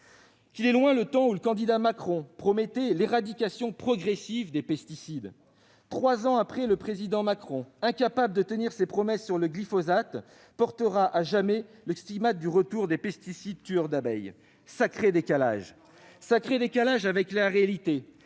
Qu'il est loin le temps où le candidat Macron promettait l'éradication progressive des pesticides ! Trois ans après, le président Macron, incapable de tenir sa promesse sur le glyphosate portera à jamais le stigmate du retour des pesticides tueurs d'abeilles. Sacré décalage avec la réalité,